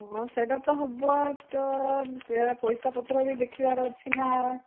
ହଁ ସେଇଟା ତ ହେବ ତ ପଇସାପତ୍ର ବି ତ ଦେଖିବାର ଅଛି ନା